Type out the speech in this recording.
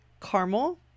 caramel